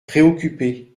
préoccupé